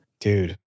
Dude